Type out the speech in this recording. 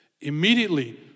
Immediately